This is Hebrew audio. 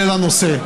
לנושא.